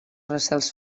recels